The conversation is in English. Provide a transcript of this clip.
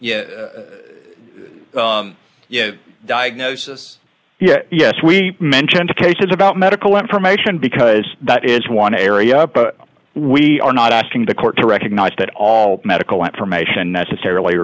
yeah yeah diagnosis yeah yes we mentioned cases about medical information because that is one area but we are not asking the court to recognize that all medical information necessarily